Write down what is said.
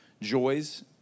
joys